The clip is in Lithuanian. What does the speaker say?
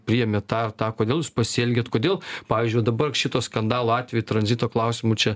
priėmėt tą ir tą kodėl jūs pasielgėt kodėl pavyzdžiui va dabar šito skandalo atveju tranzito klausimu čia